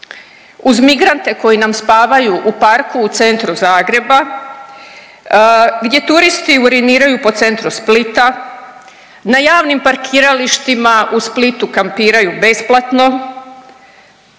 uz migrante koji nam spavaju u parku u centru Zagreba, gdje turisti uriniraju po centru Splita, na javnim parkiralištima u Splitu kampiraju besplatno,